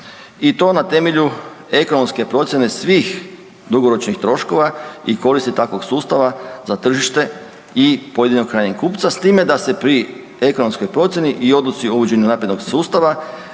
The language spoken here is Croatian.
i to na temelju ekonomske procijene svih dugoročnih troškova i koristi takvog sustava za tržište i pojedinog krajnjeg kupca s time da se pri ekonomskoj procijeni i odluci o uvođenju naprednog sustava